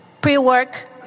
pre-work